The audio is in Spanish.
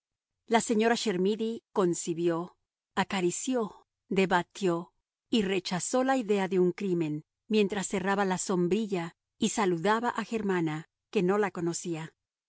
la señora chermidy concibió acarició debatió y rechazó la idea de un crimen mientras cerraba la sombrilla y saludaba a germana que no la conocía